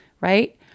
right